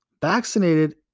Vaccinated